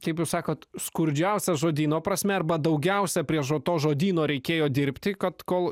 kaip jūs sakot skurdžiausias žodyno prasme arba daugiausia prie to žodyno reikėjo dirbti kad kol